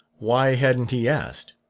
why hadn't he asked?